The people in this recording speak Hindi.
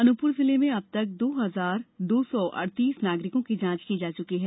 अनूपपुर जिले में अब तक दो हजार दो सौ अड़तीस नागरिकों की जांच की जा चुकी है